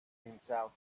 himself